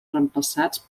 reemplaçats